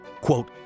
quote